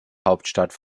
hauptstadt